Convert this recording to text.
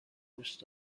دوست